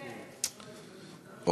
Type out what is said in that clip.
מוותרת.